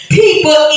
people